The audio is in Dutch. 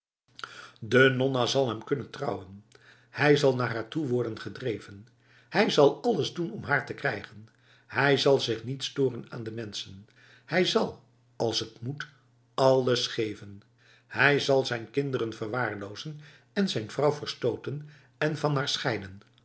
de nonna zal hem kunnen trouwen hij zal naar haar toe worden gedreven hij zal alles doen om haar te krijgen hij zal zich niet storen aan de mensen hij zal als het moet alles geven hij zal zijn kinderen verwaarlozen en zijn vrouw verstoten en